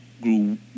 grew